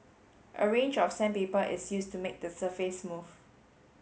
a range of sandpaper is used to make the surface smooth